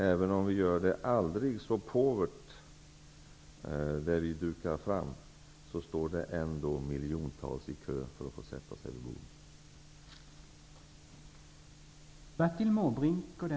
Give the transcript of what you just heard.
Även om vi dukar aldrig så påvert, står det ändå miljontals i kö för att få sätta sig vid bordet.